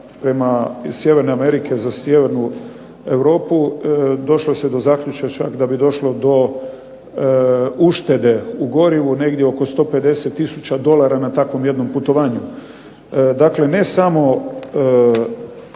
od Sjeverne Amerike za sjevernu Europu došlo se do zaključka čak da bi došlo do uštede na gorivu negdje oko 150 tisuća dolara na takvom jednom putovanju. Ne samo